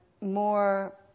more